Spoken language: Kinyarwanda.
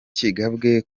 kigabwe